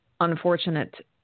unfortunate